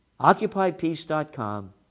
OccupyPeace.com